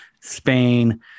Spain